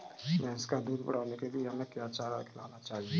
भैंस का दूध बढ़ाने के लिए हमें क्या चारा खिलाना चाहिए?